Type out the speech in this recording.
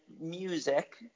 Music